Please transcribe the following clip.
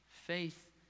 Faith